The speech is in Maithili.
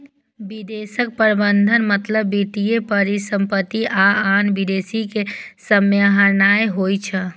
निवेश प्रबंधनक मतलब वित्तीय परिसंपत्ति आ आन निवेश कें सम्हारनाय होइ छै